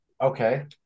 Okay